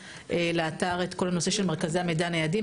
עכשיו לאתר את כל הנושא של מרכזי המידע הניידים,